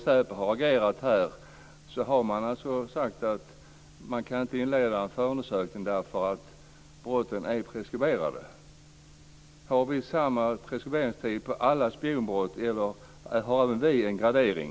SÄPO har ansett sig inte kunna inleda förundersökningar därför att brotten är preskriberade. Har vi samma preskriptionstid för alla spionbrott, eller tillämpar vi en gradering?